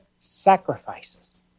sacrifices